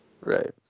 right